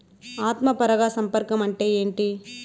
ఆత్మ పరాగ సంపర్కం అంటే ఏంటి?